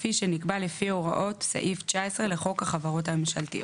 כפי שנקבע לפי הוראות סעיף 19 לחוק החברות הממשלתיות.